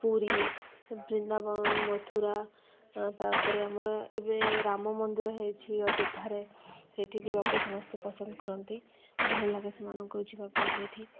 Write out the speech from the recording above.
ପୁରୀ ବୃନ୍ଦାବନ ମଥୁରା ତା'ପରେ ଆମର ଏବେ ରାମ ମନ୍ଦିର ହେଇଛି ଅଯୋଧ୍ୟାରେ ସେଇଠି ଯିବାକୁ ସମସ୍ତେ ପସନ୍ଦ କରନ୍ତି ଭଲ ଲାଗେ ସେମାନଙ୍କୁ ଯିବା ପାଇଁ ସେଇଠି